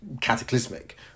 cataclysmic